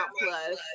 plus